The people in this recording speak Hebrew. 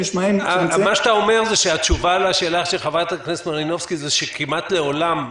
אתה אומר שהתשובה לשאלה של חברת הכנסת מלינובסקי היא שכמעט לעולם,